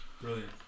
Brilliant